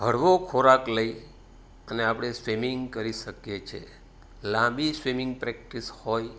હળવો ખોરાક લઈ અને આપણે સ્વિમિંગ કરી શકીએ છીએ લાંબી સ્વિમિંગ પ્રેક્ટિસ હોય